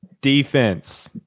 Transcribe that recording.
Defense